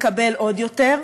מקבל עוד יותר,